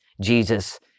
Jesus